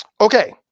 Okay